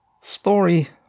story